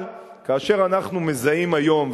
אבל כאשר אנחנו מזהים היום,